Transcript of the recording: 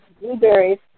blueberries